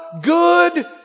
good